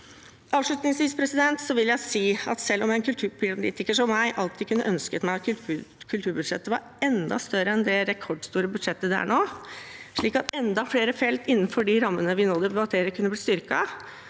Avslutningsvis vil jeg si at selv om en kulturpolitiker som meg alltid kunne ønske at kulturbudsjettet var enda større enn det rekordstore budsjettet det er nå, slik at enda flere felt innenfor de rammene vi nå debatterer, kunne blitt styrket,